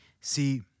See